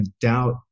doubt